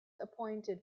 appointed